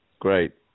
Great